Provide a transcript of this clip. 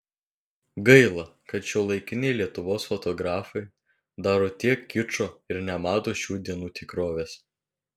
gaila kad šiuolaikiniai lietuvos fotografai daro tiek kičo ir nemato šių dienų tikrovės